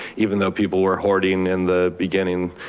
even though people were hoarding in the beginning,